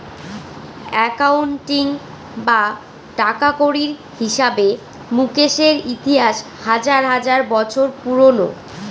accounting বা টাকাকড়ির হিসাবে মুকেশের ইতিহাস হাজার হাজার বছর পুরোনো